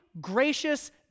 gracious